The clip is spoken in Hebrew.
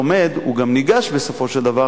אבל אני קודם כול אומר שאחוז הזכאים האמיתי הוא